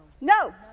No